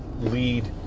lead